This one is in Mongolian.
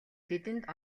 тэдэнд